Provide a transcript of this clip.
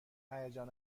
هیجان